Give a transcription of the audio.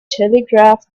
telegraph